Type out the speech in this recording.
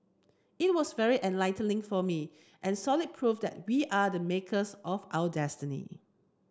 it was very enlightening for me and solid proof that we are the makers of our destiny